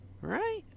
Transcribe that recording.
Right